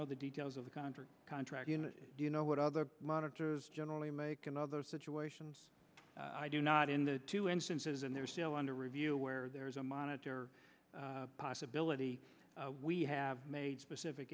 know the details of the contract contract you know what other monitors generally make and other situations i do not in the two instances and they're still under review where there is a monitor possibility we have made specific